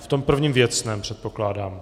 V tom prvním věcném předpokládám.